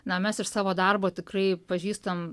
na mes iš savo darbo tikrai pažįstam